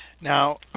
Now